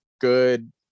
good